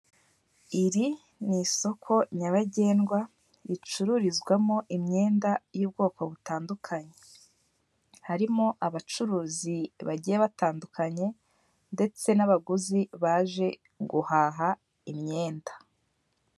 Iri ni isoko nyabagendwa ricururizwamo imyenda y'ubwoko butandukanye, harimo abacuruzi bagiye batandukanye ndetse n'abaguzi baje guhaha imyenda.